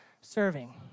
serving